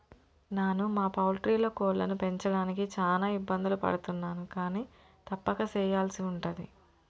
నాను మా పౌల్ట్రీలో కోళ్లను పెంచడానికి చాన ఇబ్బందులు పడుతున్నాను కానీ తప్పక సెయ్యల్సి ఉంటది